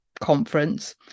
conference